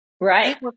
Right